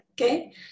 okay